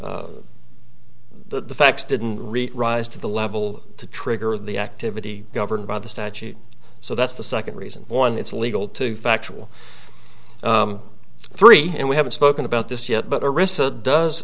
the facts didn't rise to the level to trigger the activity governed by the statute so that's the second reason one it's legal to factual three and we haven't spoken about this yet but it does